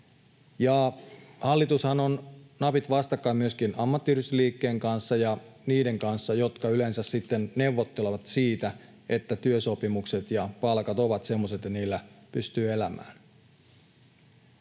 Hallitushan on napit vastakkain myöskin ammattiyhdistysliikkeen kanssa ja niiden kanssa, jotka yleensä neuvottelevat siitä, että työsopimukset ja palkat ovat semmoiset, että niillä pystyy elämään.